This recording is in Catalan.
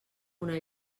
una